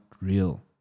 real